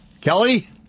Kelly